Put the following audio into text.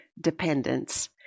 dependence